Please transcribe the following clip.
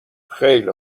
خیلی